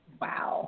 Wow